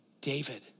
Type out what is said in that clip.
David